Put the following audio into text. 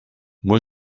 moi